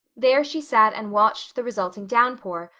there she sat and watched the resulting downpour,